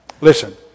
Listen